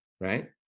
Right